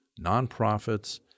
nonprofits